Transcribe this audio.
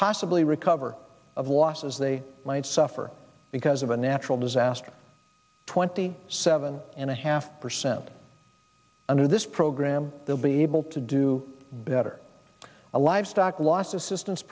possibly recover of watches they might suffer because of a natural disaster twenty seven and a half percent under this program they'll be able to do better a livestock lost assistance